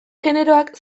generoak